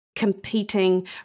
competing